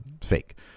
fake